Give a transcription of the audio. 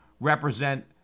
represent